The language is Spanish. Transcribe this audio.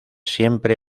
siempre